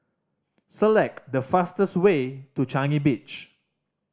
select the fastest way to Changi Beach